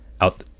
out